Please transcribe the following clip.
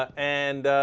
and